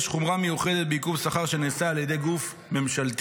יש חומרה מיוחדת בעיכוב שכר שנעשה על ידי גוף ממשלתי,